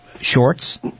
shorts